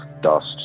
dust